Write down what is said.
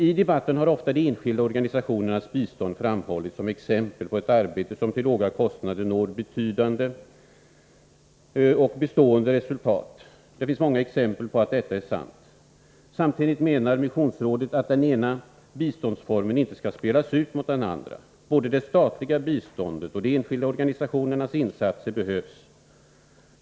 I debatten har ofta de enskilda organisationernas bistånd framhållits som exempel på ett arbete som till låga kostnader når betydande och bestående resultat. Det finns många exempel på att detta är sant. Samtidigt menar vi” — dvs. Missionsrådet — ”att den ena biståndsformen inte skall spelas ut mot den andra. Både det statliga biståndet och de enskilda organisationernas insatser behövs.